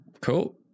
Cool